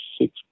six